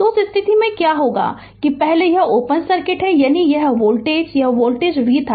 तो उस स्थिति में क्या होगा कि पहले यह ओपन सर्किट है यानी यह वोल्टेज यह वोल्टेज v था